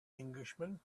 englishman